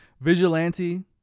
Vigilante